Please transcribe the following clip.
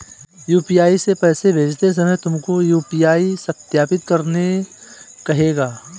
UPI से पैसे भेजते समय तुमको यू.पी.आई सत्यापित करने कहेगा